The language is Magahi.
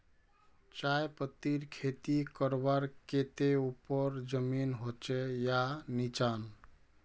चाय पत्तीर खेती करवार केते ऊपर जमीन होचे या निचान?